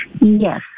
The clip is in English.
yes